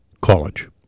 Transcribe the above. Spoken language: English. College